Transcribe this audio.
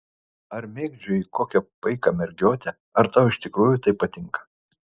ar mėgdžioji kokią paiką mergiotę ar tau iš tikrųjų tai patinka